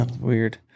weird